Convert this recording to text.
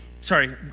Sorry